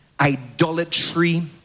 idolatry